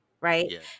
right